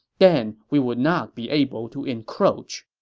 then we would not be able to encroach.